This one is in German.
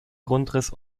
grundriss